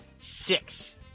six